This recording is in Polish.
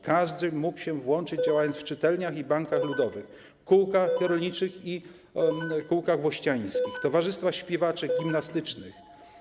Każdy mógł się włączyć, działając w czytelniach i bankach ludowych, kółkach rolniczych i kółkach włościańskich, towarzystwach śpiewaczych i gimnastycznych.